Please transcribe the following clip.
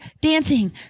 Dancing